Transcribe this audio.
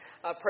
Pray